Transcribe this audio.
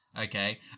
okay